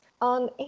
on